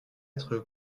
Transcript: être